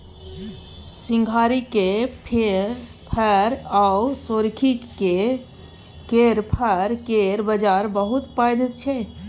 सिंघारिक फर आ सोरखी केर फर केर बजार बहुत पैघ छै